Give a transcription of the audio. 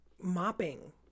mopping